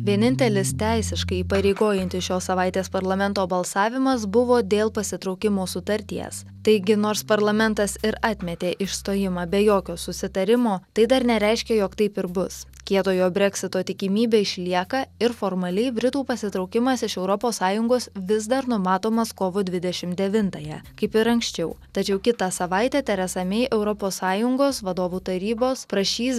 vienintelis teisiškai įpareigojantis šios savaitės parlamento balsavimas buvo dėl pasitraukimo sutarties taigi nors parlamentas ir atmetė išstojimą be jokio susitarimo tai dar nereiškia jog taip ir bus kietojo breksito tikimybė išlieka ir formaliai britų pasitraukimas iš europos sąjungos vis dar numatomas kovo dvidešimt devintąją kaip ir anksčiau tačiau kitą savaitę teresa mei europos sąjungos vadovų tarybos prašys